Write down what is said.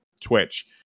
Twitch